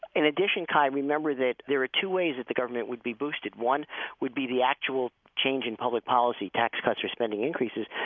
in addition, kai, remember that there are two ways that the government would be boosted. one would be the actual change in public policy tax cuts or spending increases.